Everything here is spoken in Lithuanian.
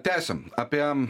tęsiam apie